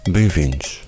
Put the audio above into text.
Bem-vindos